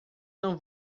não